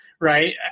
right